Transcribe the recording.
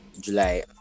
July